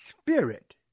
Spirit